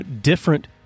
different